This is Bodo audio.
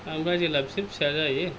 ओमफ्राय जेब्ला बिसोर फिसा जायो बे